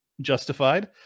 justified